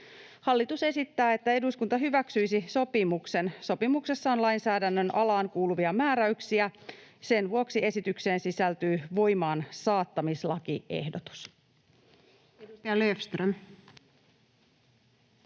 Hallitus esittää, että eduskunta hyväksyisi sopimuksen. Sopimuksessa on lainsäädännön alaan kuuluvia määräyksiä. Sen vuoksi esitykseen sisältyy voimaansaattamislakiehdotus.